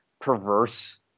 perverse